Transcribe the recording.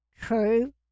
True